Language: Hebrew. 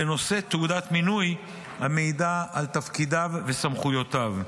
ונושא תעודת מינוי המעידה על תפקידיו וסמכויותיו.